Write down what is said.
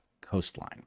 coastline